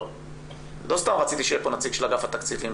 לא סתם רציתי שיהיה כאן נציג של אגף התקציבים,